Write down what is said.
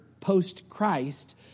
post-Christ